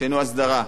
עשינו הסדרה,